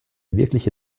wirkliche